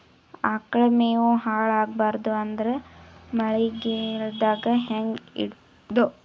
ಆಕಳ ಮೆವೊ ಹಾಳ ಆಗಬಾರದು ಅಂದ್ರ ಮಳಿಗೆದಾಗ ಹೆಂಗ ಇಡೊದೊ?